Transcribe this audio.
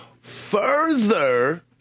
further